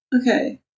Okay